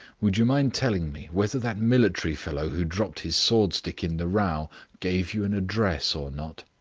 would you mind telling me whether that military fellow who dropped his sword-stick in the row gave you an address or not?